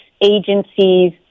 agencies